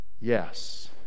Yes